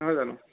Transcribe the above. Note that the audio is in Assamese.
নহয় জানো